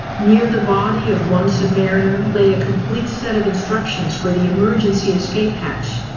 near the body of one submariner lay a complete set of instructions for the emergency escape hatch.